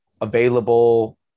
available